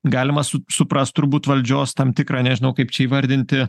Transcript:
galima su suprast turbūt valdžios tam tikrą nežinau kaip čia įvardinti